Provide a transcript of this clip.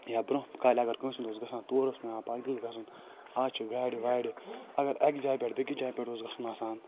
یا برٛوںٛہہ کالہِ اگر کٲنٛسہِ ہُنٛد اوس گَژھان تور اوس پٮ۪وان گَژھُن آز چھِ گاڑِ واڑِ اگر اَکہِ جایہِ پٮ۪ٹھ بیٚکِس جایہِ پٮ۪ٹھ اوس گَژھُن آسان